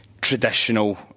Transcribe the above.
Traditional